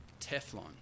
Teflon